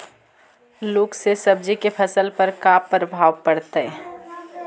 लुक से सब्जी के फसल पर का परभाव पड़तै?